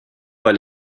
weil